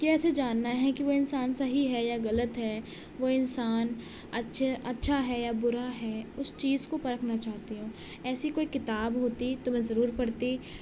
کیسے جاننا ہے کہ وہ انسان صحیح ہے یا غلط ہے وہ انسان اچھے اچھا ہے یا برا ہے اس چیز کو پرکھنا چاہتی ہوں ایسی کوئی کتاب ہوتی تو میں ضرور پڑھتی